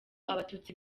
abatutsi